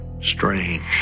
strange